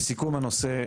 לסיכום הנושא,